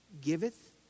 giveth